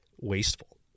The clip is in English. wasteful